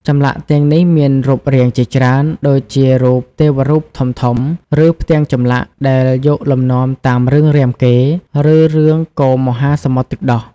ចម្លាក់ទាំងនេះមានរូបរាងជាច្រើន ដូចជារូបទេវរូបធំៗ ឬផ្ទាំងចម្លាក់ដែលយកលំនាំតាមរឿងរាមកេរ្តិ៍ ឬរឿងកូរមហាសមុទ្រទឹកដោះ។